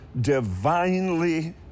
divinely